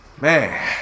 Man